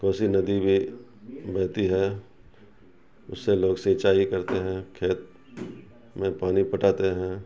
کوسی ندی بھی بہتی ہے اس سے لوگ سینچائی کرتے ہیں کھیت میں پانی پٹاتے ہیں